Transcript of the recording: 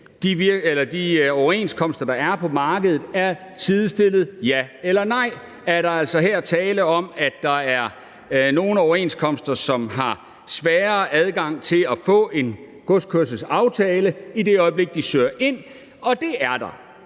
de overenskomster, der er på markedet, er sidestillet – ja eller nej? Er der altså her tale om, at der er nogle overenskomster, som har sværere adgang til at få en godskørselsaftale, i det øjeblik de søger ind? Det er der.